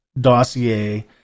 dossier